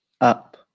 up